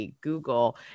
Google